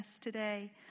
today